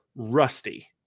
rusty